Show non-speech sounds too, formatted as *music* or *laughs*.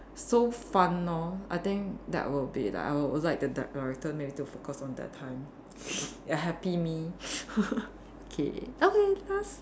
so fun lor I think that will be I would like the director maybe to focus on that time *noise* a happy me *laughs* okay okay last